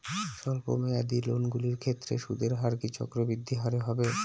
স্বল্প মেয়াদী লোনগুলির ক্ষেত্রে সুদের হার কি চক্রবৃদ্ধি হারে হবে?